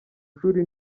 shuri